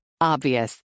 Obvious